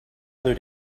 other